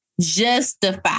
justify